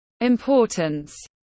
importance